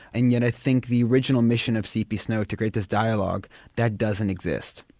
and yet i think the original mission of cp snow to create this dialogue that doesn't exist.